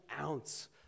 ounce